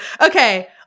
Okay